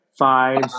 Five